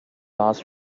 last